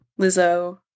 Lizzo